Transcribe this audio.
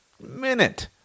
minute